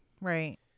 right